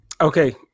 Okay